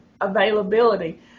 availability